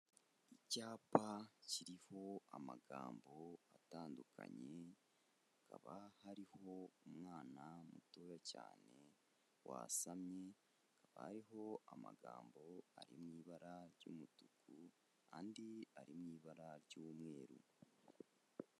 Icyapa kiriho amagambo atandukanye, hakaba hariho umwana mutoya cyane wasamye, hakaba hariho amagambo ari mu ibara ry'umutuku andi ari mu ibara ry'umweru.